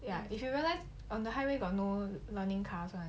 ya if you realise highway got no learning cars [one]